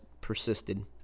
persisted